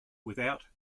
without